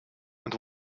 und